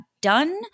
done